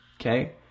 Okay